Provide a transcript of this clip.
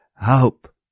help